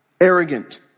Arrogant